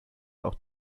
auch